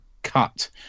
Cut